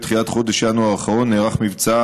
בתחילת חודש ינואר האחרון נערך מבצע